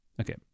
Okay